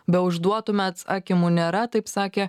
beužduotumėt atsakymų nėra taip sakė